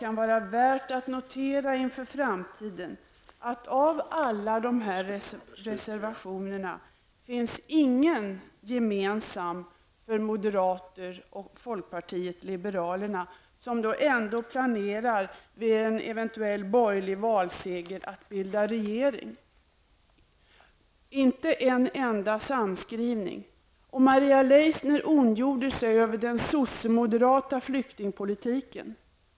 Det kan inför framtiden vara värt att notera att det av alla dessa reservationer inte finns någon gemensam för moderaterna och folkpartiet liberalerna. Dessa planerar dock att bilda regering vid en eventuell borgerlig valseger. Det finns inte en enda samskrivning. Maria Leissner ondgjorde sig över den socialdemokrat-moderata flyktingpolitiken.